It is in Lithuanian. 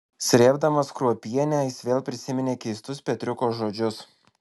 srėbdamas kruopienę jis vėl prisiminė keistus petriuko žodžius